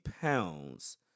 pounds